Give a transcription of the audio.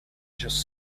just